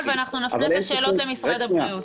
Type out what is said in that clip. ואנחנו נפנה את השאלות למשרד הבריאות.